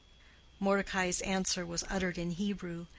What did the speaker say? mordecai's answer was uttered in hebrew,